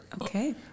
Okay